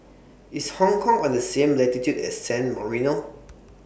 IS Hong Kong on The same latitude as San Marino